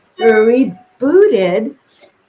rebooted